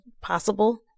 possible